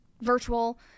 virtual